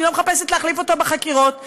אני לא מחפשת להחליף אותו בחקירות,